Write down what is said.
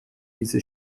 diese